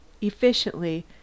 efficiently